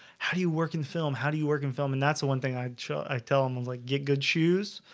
how do you work in the film? how do you work in film? and that's the one thing i i tell them like get good shoes.